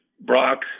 Brock